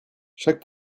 chaque